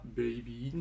baby